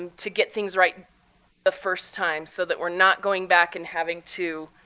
and to get things right the first time so that we're not going back and having to